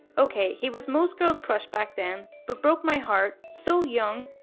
okay, he was most girls' crush back then but broke my heart. so young.